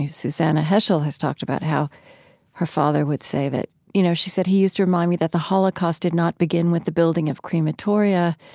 susannah heschel has talked about how her father would say that you know she said, he used to remind me that the holocaust did not begin with the building of crematoria,